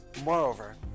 Moreover